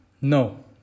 No